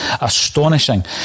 astonishing